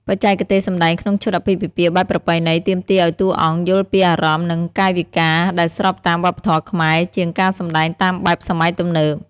បច្ចេកទេសសម្ដែងក្នុងឈុតអាពាហ៍ពិពាហ៍បែបប្រពៃណី ទាមទារឲ្យតួអង្គយល់ពីអារម្មណ៍ និងកាយវិការដែលស្របតាមវប្បធម៌ខ្មែរ ជាងការសម្ដែងតាមបែបសម័យទំនើប។